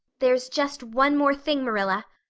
there's just one more thing, marilla,